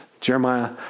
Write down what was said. Jeremiah